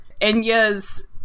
Enya's